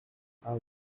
how